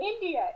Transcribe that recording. India